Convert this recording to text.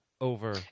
over